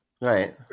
right